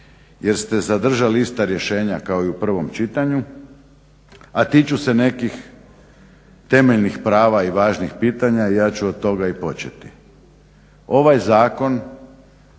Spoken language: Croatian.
jer ste zadržali ista rješenja kao i u prvom čitanju a tiču se nekih temeljnih prava i važnih pitanja i ja ću od toga i početi. Ovaj zakon